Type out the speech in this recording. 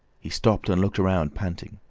he stopped, and looked round, panting.